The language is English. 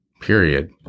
Period